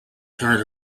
turned